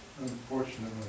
Unfortunately